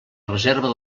reserva